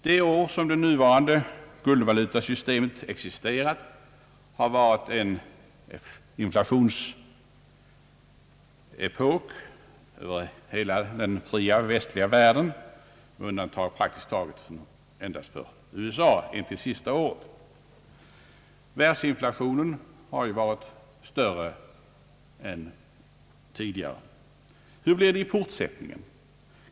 De år som det nuvarande guldvalutasystemet har existerat har varit en inflationsepok över hela den fria västliga världen med undantag praktiskt taget bara för USA intill det senaste året. Världsinflationen har ju varit större än tidigare. Hur blir det i fortsättningen?